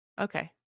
Okay